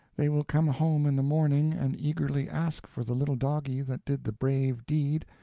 they will come home in the morning, and eagerly ask for the little doggie that did the brave deed,